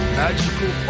magical